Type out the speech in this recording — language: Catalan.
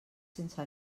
sense